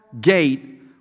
gate